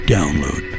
Download